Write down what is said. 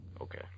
Okay